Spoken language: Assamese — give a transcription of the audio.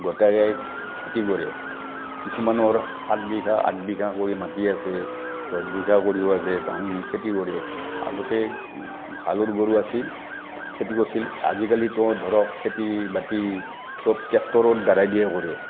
গোটাই এক খেতি কৰে কিছুমানৰ সাত বিঘা আঠ বিঘাকৈ মাটি আছে দহ বিঘা কৰিও আছে তাহোন খেতি কৰে আগতে হালৰ গৰু আছিল খেতিও আছিল আজিকালিতো ধৰক খেতি বাতি চব টেক্টৰৰ দ্বাৰাইদিয়ে কৰে